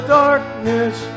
darkness